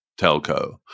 telco